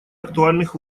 актуальных